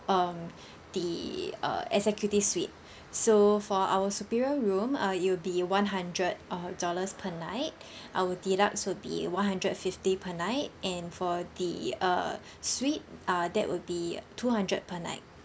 um the uh executive suite so for our superior room err it will be one hundred uh dollars per night our deluxe would be one hundred fifty per night and for the uh suite uh that would be two hundred per night